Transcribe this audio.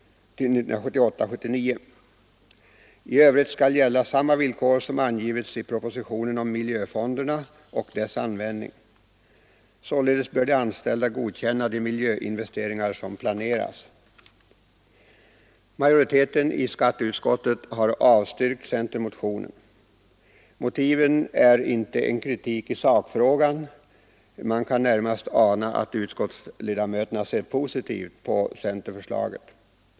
I övrigt skall gälla samma villkor som angivits i propositionen om miljöfonderna och deras användning. Således bör de anställda godkänna de miljöinvesteringar som planeras. Majoriteten i skatteutskottet har avstyrkt centermotionen. Motiven är inte en kritik i sakfrågan, man kan närmast ana att utskottsledamöterna ser positivt på centerförslaget.